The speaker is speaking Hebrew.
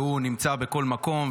והוא נמצא בכל מקום,